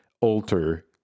alter